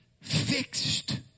fixed